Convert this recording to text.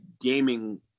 gaming